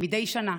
מדי שנה